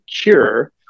cure